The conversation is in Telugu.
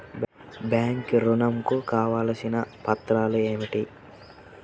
బ్యాంక్ ఋణం కు కావలసిన పత్రాలు ఏమిటి?